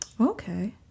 Okay